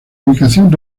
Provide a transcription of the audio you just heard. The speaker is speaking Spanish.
ubicación